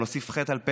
להוסיף חטא על פשע,